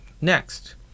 next